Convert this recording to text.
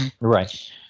Right